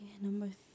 Number